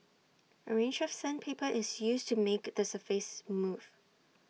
A range of sandpaper is used to make the surface smooth